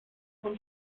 von